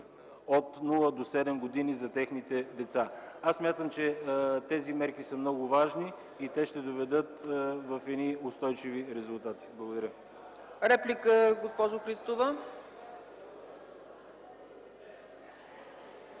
от 0 до 7 години за техните деца. Аз смятам, че тези мерки са много важни и ще доведат до едни устойчиви резултати. Благодаря. ПРЕДСЕДАТЕЛ ЦЕЦКА